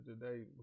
today